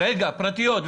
פרטיות.